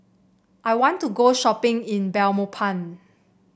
I want to go shopping in Belmopan